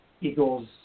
Eagles